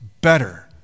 better